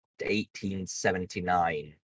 1879